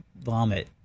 vomit